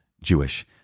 Jewish